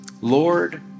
Lord